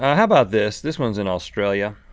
ah how about this? this one's in australia.